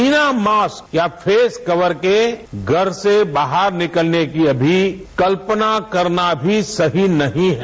बिना मास्क या face cover के घर से बाहर निकलने की अभी कल्पना करना भी सही नहीं है